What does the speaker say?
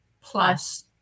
Plus